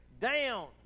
down